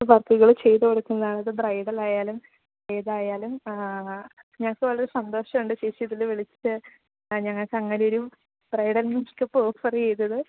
വർക്കുകള് ചെയ്തു കൊടുക്കുന്നതാണ് അത് ബ്രൈഡൽ ആയാലും ഏതായാലും ഞങ്ങൾക്ക് വളരെ സന്തോഷമുണ്ട് ചേച്ചി ഇതില് വിളിച്ചിട്ട് ഞങ്ങൾക്ക് അങ്ങനൊരു ബ്രൈഡൽ മേക്കപ്പ് ഓഫറെയ്തത്